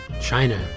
China